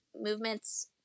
movements